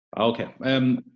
Okay